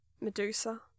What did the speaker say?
Medusa